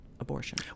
Abortion